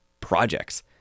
projects